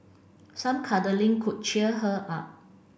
some cuddling could cheer her up